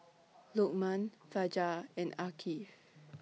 Lokman Fajar and Afiq